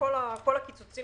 כל הקיצוצים